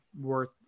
worth